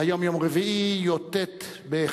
היום יום רביעי, י"ט בחשוון,